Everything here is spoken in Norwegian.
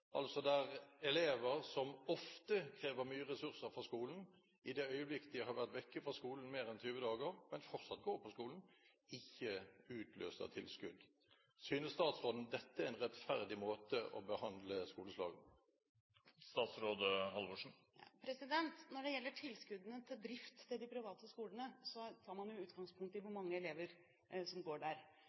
Altså: Det at elever som ofte krever mye ressurser fra skolen, i det øyeblikk de har vært borte fra skolen i mer enn 20 dager, men fortsatt går på skolen, ikke utløser tilskudd. Synes statsråden dette er en rettferdig måte å behandle skoleslagene på? Når det gjelder tilskuddene til drift av de private skolene, tar man jo utgangspunkt i hvor mange elever som går der.